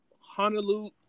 Honolulu